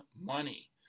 money